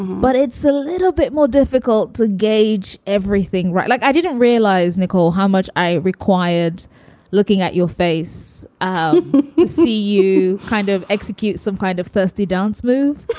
but it's a little bit more difficult to gauge everything. right. like i didn't realize. nicole, how much i required looking at your face. um see, you kind of execute some kind of thirsty dance move